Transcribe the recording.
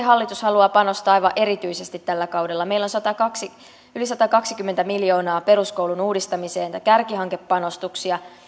hallitus haluaa panostaa aivan erityisesti tällä kaudella meillä on yli satakaksikymmentä miljoonaa peruskoulun uudistamiseen näitä kärkihankepanostuksia